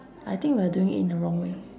I think we are doing it in the wrong way